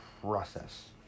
process